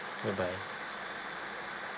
bye bye